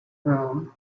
room